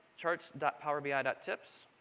charts dot power bi ah dot tips.